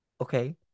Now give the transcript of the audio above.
Okay